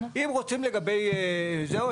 אם רוצים לגבי זהו,